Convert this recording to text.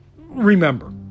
remember